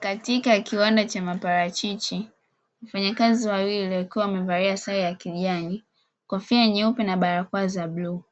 Katika kiwanda cha maparachichi wafanyakazi wawili wakiwa wamevalia sare ya kijani, kofia nyeupe na barakoa za bluu